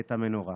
את המנורה,